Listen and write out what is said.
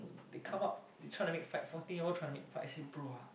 they come up they trying to make fight fourteen year old trying to make fight I say bro ah